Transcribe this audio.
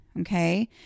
Okay